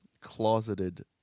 closeted